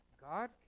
God